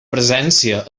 presència